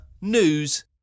news